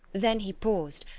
then he paused,